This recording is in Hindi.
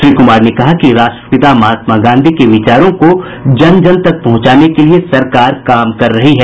श्री कुमार ने कहा कि राष्ट्रपिता महात्मा गांधी के विचारों को जन जन तक पहुंचाने के लिए सरकार काम कर रही है